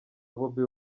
bobi